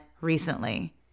recently